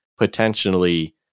potentially